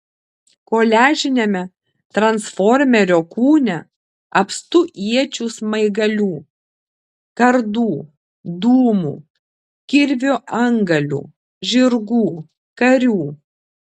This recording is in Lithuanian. koliažiniame transformerio kūne apstu iečių smaigalių kardų dūmų kirvio antgalių žirgų karių